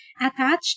attached